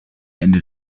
ende